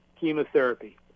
chemotherapy